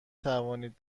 توانید